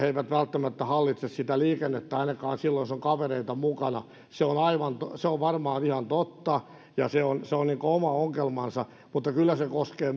eivät välttämättä hallitse sitä liikennettä ainakaan silloin jos on kavereita mukana niin se on varmaan ihan totta ja se on se on oma ongelmansa mutta kyllä se koskee